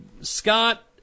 Scott